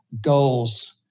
goals